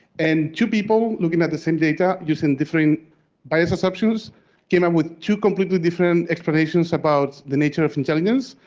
and two people looking at the same data using different biased assumptions came up with two completely different explanations about the nature of intelligence.